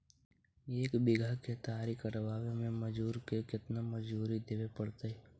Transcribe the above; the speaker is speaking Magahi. एक बिघा केतारी कटबाबे में मजुर के केतना मजुरि देबे पड़तै?